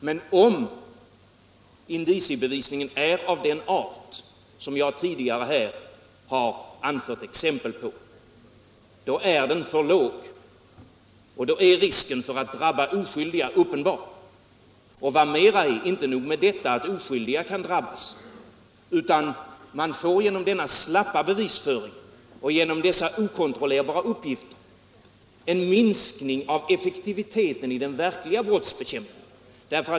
Men om indiciebevisningen är av den art som jag tidigare här har anfört exempel på, då är den för svag och då är risken uppenbar för att oskyldiga drabbas. Det är inte nog med att oskyldiga kan drabbas, utan genom denna slappa bevisföring och genom dessa okontrollerbara uppgifter minskar också effektiviteten i den verkliga brottsbekämpningen.